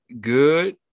good